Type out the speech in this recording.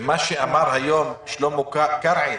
מה שאמר היום שלמה קרעי